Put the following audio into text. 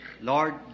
Lord